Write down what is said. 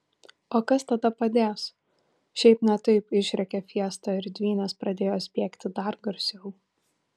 o kas tada padės šiaip ne taip išrėkė fiesta ir dvynės pradėjo spiegti dar garsiau